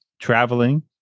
traveling